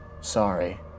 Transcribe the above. sorry